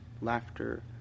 Laughter